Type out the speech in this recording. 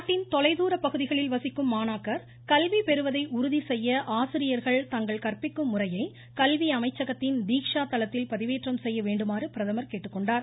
நாட்டின் தொலைதூரப் பகுதிகளில் வசிக்கும் மாணாக்கர்கள் கல்வி பெறுவதை உறுதி செய்ய ஆசிரியர்கள் தங்கள் கற்பிக்கும் முறையை கல்வி அமைச்சகத்தின் தீக்ஷா தளத்தில் பதிவேற்றம் செய்ய வேண்டுமாறு பிரதமர் கேட்டுக்கொண்டார்